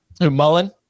mullen